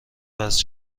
وصل